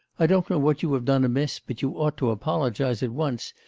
i don't know what you have done amiss, but you ought to apologise at once,